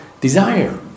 desire